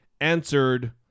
answered